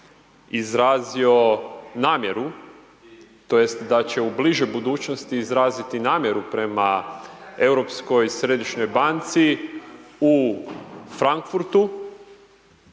izrazio namjeru, to jest da će u bližoj budućnosti izraziti namjeru prema Europskoj središnjoj banci u Frankfurtu,